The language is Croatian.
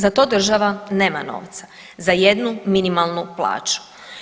Za to država nema novca za jednu minimalnu plaću.